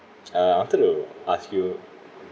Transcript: uh I wanted to ask you